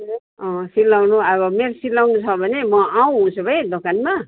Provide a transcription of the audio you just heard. अँ सिलाउनु अब मेरो सिलाउनु छ भने म आऊँ उसो भए दोकानमा